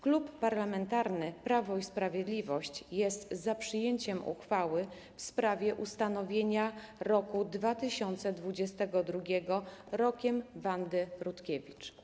Klub Parlamentarny Prawo i Sprawiedliwość jest za podjęciem uchwały w sprawie ustanowienia roku 2022 rokiem Wandy Rutkiewicz.